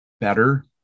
better